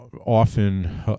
often